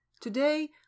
Today